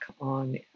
on